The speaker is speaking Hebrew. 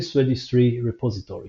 Service Registry/Repository